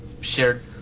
shared